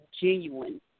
genuine